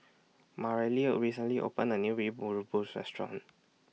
Mareli recently opened A New Mee Rebus Restaurant